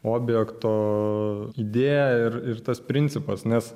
objekto idėja ir ir tas principas nes